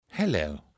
Hello